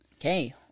okay